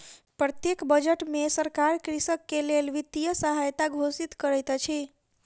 प्रत्येक बजट में सरकार कृषक के लेल वित्तीय सहायता घोषित करैत अछि